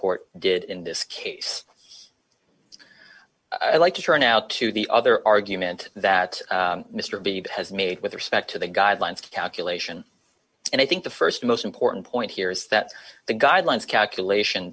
court did in this case i'd like to turn now to the other argument that mr b has made with respect to the guidelines calculation and i think the st most important point here is that the guidelines calculation